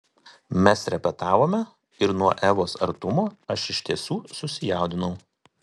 mes repetavome ir nuo evos artumo aš iš tiesų susijaudinau